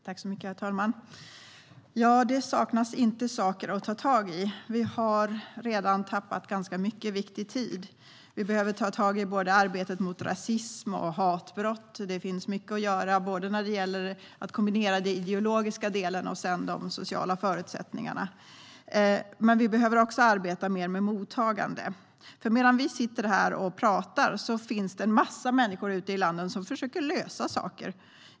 Herr talman! Det saknas inte saker att ta tag i. Vi har redan tappat ganska mycket viktig tid. Vi behöver ta tag i både arbetet mot rasism och mot hatbrott. Det finns mycket att göra när det gäller att kombinera den ideologiska delen och de sociala förutsättningarna. Men vi behöver också arbeta mer med mottagande. Medan vi står här och talar finns det massor av människor ute i landet som försöker lösa saker.